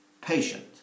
patient